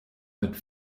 mit